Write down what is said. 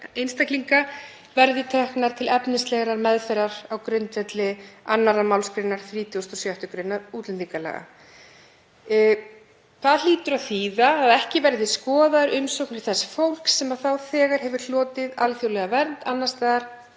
einstaklinga verði teknar til efnislegrar meðferðar á grundvelli undantekninga 2. mgr. 36. gr. útlendingalaga …“ Það hlýtur að þýða að ekki verði skoðaðar umsóknir þess fólks sem þegar hefur hlotið alþjóðlega vernd annars staðar,